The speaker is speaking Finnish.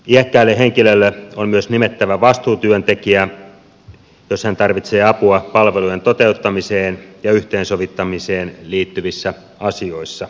iäkkäälle henkilölle on myös nimettävä vastuutyöntekijä jos hän tarvitsee apua palvelujen toteuttamiseen ja yhteensovittamiseen liittyvissä asioissa